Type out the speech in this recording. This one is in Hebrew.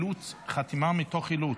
"חתימה מתוך אילוץ".